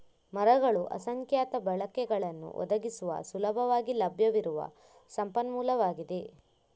ಮರಗಳು ಅಸಂಖ್ಯಾತ ಬಳಕೆಗಳನ್ನು ಒದಗಿಸುವ ಸುಲಭವಾಗಿ ಲಭ್ಯವಿರುವ ಸಂಪನ್ಮೂಲವಾಗಿದೆ